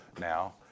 now